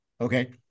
okay